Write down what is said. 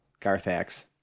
garthax